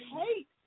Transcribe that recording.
hate